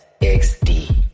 xd